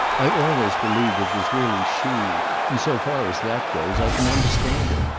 i always believed it was really she and, so far as that goes, i can understand it.